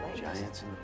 Giants